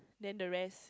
then the rest